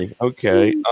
okay